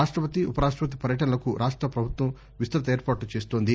రాష్టపతి ఉప రాష్ట్రపతి పర్యటనలకు రాష్ట్ర ప్రభుత్వం విస్తృత ఏర్పాట్లు చేస్తోంది